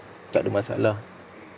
takde masalah